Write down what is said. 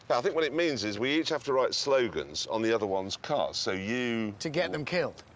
i think what it means is, we each have to write slogans on the other ones' cars. so you. to get them killed?